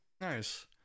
nice